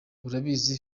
urabizi